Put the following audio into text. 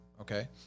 okay